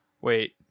Wait